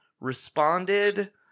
responded